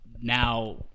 now